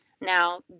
Now